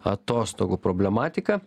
atostogų problematika